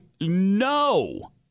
No